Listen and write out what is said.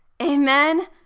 amen